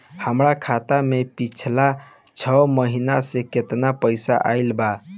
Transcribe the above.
हमरा खाता मे पिछला छह महीना मे केतना पैसा आईल बा?